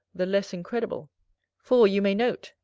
the less incredible for, you may note,